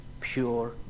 pure